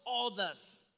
others